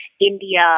India